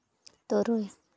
ᱛᱩᱨᱩᱭ